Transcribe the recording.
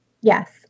Yes